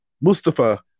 Mustafa